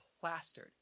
plastered